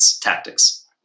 tactics